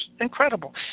incredible